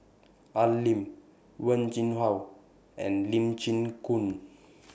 Al Lim Wen Jinhua and Lee Chin Koon